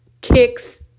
kicks